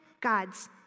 God's